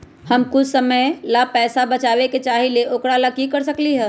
हम कुछ समय ला पैसा बचाबे के चाहईले ओकरा ला की कर सकली ह?